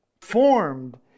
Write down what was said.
formed